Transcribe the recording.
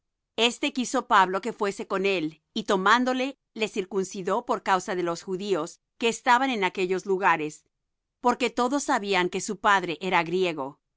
este quiso pablo que fuese con él y tomándole le circuncidó por causa de los judíos que estaban en aquellos lugares porque todos sabían que su padre era griego